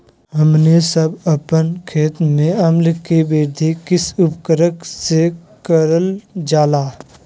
हमने सब अपन खेत में अम्ल कि वृद्धि किस उर्वरक से करलजाला?